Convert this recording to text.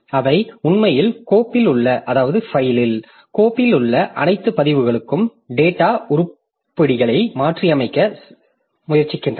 அவை உண்மையில் கோப்பில் உள்ள அனைத்து பதிவுகளுக்கும் டாட்டா உருப்படிகளை மாற்றியமைக்கச் செல்ல முயற்சிக்கின்றன